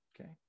Okay